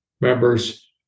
members